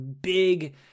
big